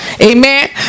Amen